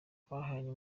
bahanganye